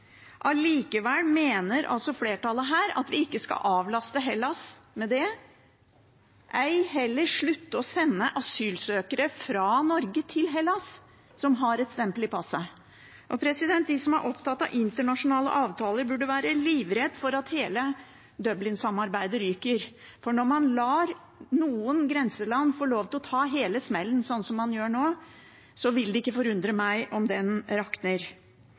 Allikevel mener flertallet her at vi ikke skal avlaste Hellas med det, ei heller slutte å sende asylsøkere som har et stempel i passet, fra Norge til Hellas. De som er opptatt av internasjonale avtaler, burde være livredd for at hele Dublin-samarbeidet ryker, for når man lar noen grenseland få lov til å ta hele smellen slik man gjør nå, vil det ikke forundre meg om det rakner.